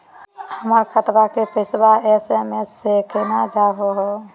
हमर खतवा के पैसवा एस.एम.एस स केना जानहु हो?